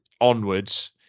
onwards